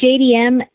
JDM